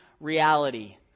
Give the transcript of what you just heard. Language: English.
reality